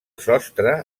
sostre